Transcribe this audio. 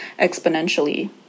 exponentially